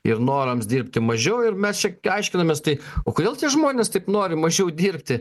ir norams dirbti mažiau ir mes čia aiškinamės tai o kodėl tie žmonės taip nori mažiau dirbti